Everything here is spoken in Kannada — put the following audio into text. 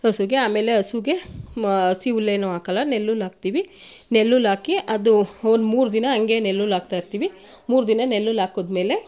ಹಸುಗೆ ಆಮೇಲೆ ಹಸುಗೆ ಹಸಿ ಹುಲ್ಲೇನೂ ಹಾಕೋಲ್ಲ ನೆಲ್ಲುಲ್ಲು ಹಾಕ್ತೀವಿ ನೆಲ್ಲುಲ್ಲು ಹಾಕಿ ಅದು ಒಂದು ಮೂರು ದಿನ ಹಾಗೇ ನೆಲ್ಲುಲ್ಲು ಹಾಕ್ತಾ ಇರ್ತೀವಿ ಮೂರು ದಿನ ನೆಲ್ಲುಲ್ಲು ಹಾಕಿದ್ಮೇಲೆ